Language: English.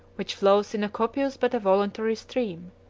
which flows in a copious but a voluntary stream.